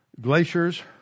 Glaciers